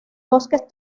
bosques